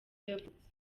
yavutse